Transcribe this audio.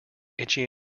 itchy